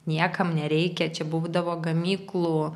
niekam nereikia čia būdavo gamyklų